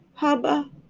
Haba